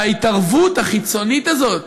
וההתערבות החיצונית הזאת